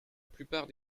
plupart